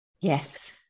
Yes